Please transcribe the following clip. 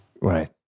Right